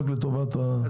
הציבור.